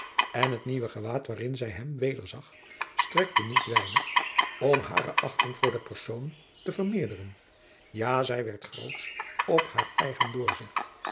en het nieuwe gewaad waarin zij hem wederzag strekte niet weinig om hare achting voor de persoon te vermeerderen ja zij werd grootsch op haar eigen doorzicht